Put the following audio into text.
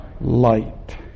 light